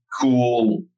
cool